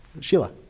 Sheila